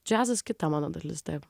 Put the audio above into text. džiazas kita mano dalis taip